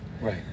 Right